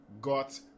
got